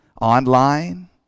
online